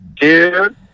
dude